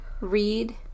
read